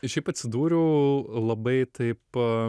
šiaip atsidūriau labai taip